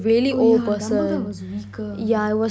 oh yeah dumblebore was weaker